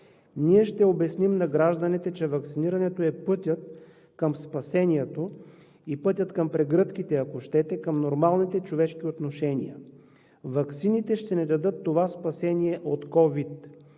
ние ще обясним на гражданите, че ваксинирането е пътят към спасението и пътят към прегръдките, ако щете, към нормалните човешки отношения. Ваксините ще ни дадат това спасение от COVID,